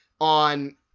on